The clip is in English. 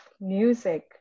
music